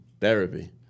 Therapy